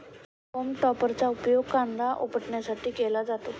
home टॉपरचा उपयोग कंद उपटण्यासाठी केला जातो